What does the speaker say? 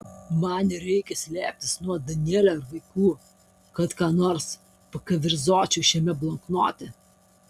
man nereikia slėptis nuo danielio ir vaikų kad ką nors pakeverzočiau šiame bloknote